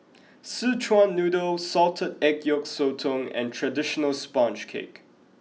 Szechuan noodle salted egg yolk sotong and traditional sponge cake